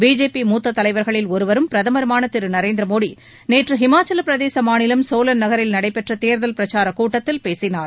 BJP மூத்தத் தலைவர்களில் ஒருவரும் பிரதமருமான திரு நரேந்திர மோடி நேற்று ஹிமாச்சலபிரதேச மாநிலம் சோலன் நகரில் நடைபெற்ற தேர்தல் பிரச்சாரக் கூட்டத்தில் பேசினார்